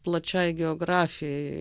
plačiai geografijai